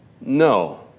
No